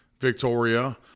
Victoria